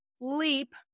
leap